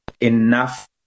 enough